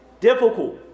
Difficult